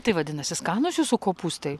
tai vadinasi skanūs jūsų kopūstai